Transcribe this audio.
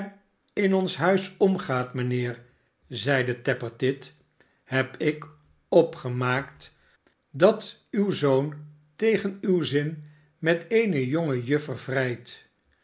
in ons huis omgaat mijnheer zeide tappertit heb ik opgemaakt dat uw zoon tegen uw zin met eene jonge